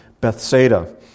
Bethsaida